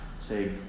say